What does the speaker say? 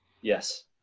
Yes